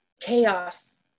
chaos